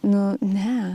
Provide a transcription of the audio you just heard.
nu ne